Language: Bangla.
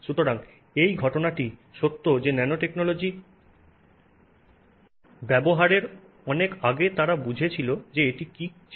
সুতরাং এই ঘটনাটি সত্য যে ন্যানোটেকনোলজি সত্যই অন্য একটি ক্ষেত্র যেখানে লোকেরা ন্যানোটেকনোলজি ব্যবহারের অনেক আগে তারা বুঝেছিল যে এটি কী ছিল